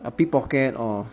uh pickpocket or